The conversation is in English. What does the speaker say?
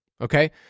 okay